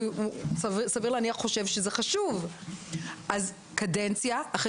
כי סביר להניח שהוא חושב שזה חשוב אז קדנציה אחרי